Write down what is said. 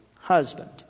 husband